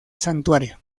santuario